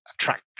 attraction